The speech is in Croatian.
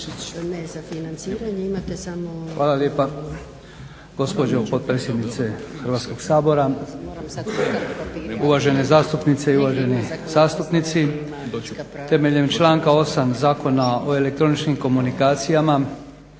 Hvala lijepa. Gospođo potpredsjednice, uvažene zastupnice i zastupnici. Temeljem članka 8. Zakona o elektroničkim komunikacijama